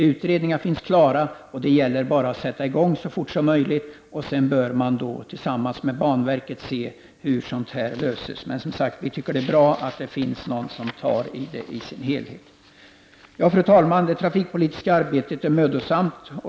Utredningarna är klara, och det gäller bara att sätta i gång så fort som möjligt. Sedan bör man tillsammans med banverket se till hur detta kan lösas. Men vi anser, som sagt, att det är bra att någon tar tag i frågan i sin helhet. Fru talman! Det trafikpolitiska arbetet är mödosamt.